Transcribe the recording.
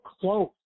close